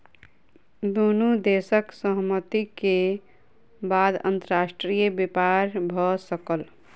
दुनू देशक सहमति के बाद अंतर्राष्ट्रीय व्यापार भ सकल